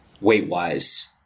weight-wise